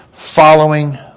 Following